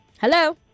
Hello